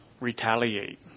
retaliate